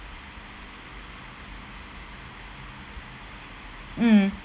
mm